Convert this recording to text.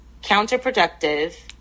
counterproductive